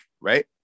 right